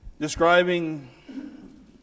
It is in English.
describing